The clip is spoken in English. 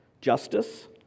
justice